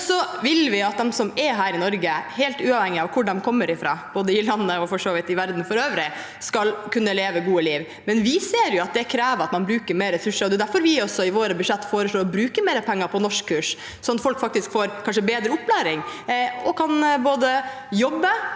vil at de som er her i Nor ge, helt uavhengig av hvor de kommer fra, både i landet og for så vidt i verden for øvrig, skal kunne leve et godt liv, men vi ser jo at det krever at man bruker mer ressurser. Det er derfor vi i våre budsjett foreslår å bruke mer penger på norskkurs, sånn at folk kanskje får bedre opplæring og kan jobbe